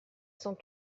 cent